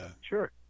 Sure